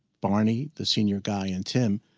barney the senior guy, and tim,